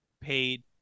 paid